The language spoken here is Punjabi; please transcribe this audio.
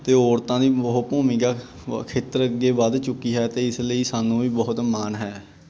ਅਤੇ ਔਰਤਾਂ ਦੀ ਬਹੁਤ ਭੂਮਿਕਾ ਖੇਤਰ ਅੱਗੇ ਵੱਧ ਚੁੱਕੀ ਹੈ ਅਤੇ ਇਸ ਲਈ ਸਾਨੂੰ ਵੀ ਬਹੁਤ ਮਾਣ ਹੈ